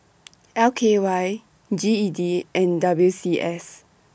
L K Y G E D and W C S